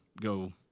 go